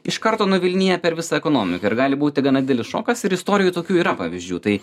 iš karto nuvilnija per visą ekonomiką ir gali būti gana didelis šokas ir istorijoj tokių yra pavyzdžių tai